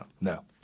No